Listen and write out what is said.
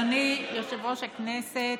אדוני יושב-ראש הכנסת,